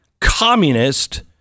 communist